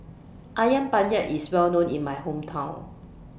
Ayam Penyet IS Well known in My Hometown